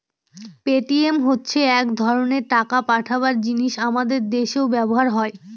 Paytm হচ্ছে এক ধরনের টাকা পাঠাবার জিনিস আমাদের দেশেও ব্যবহার হয়